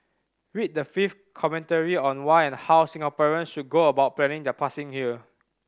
read the fifth commentary on why and how Singaporeans should go about planning their passing here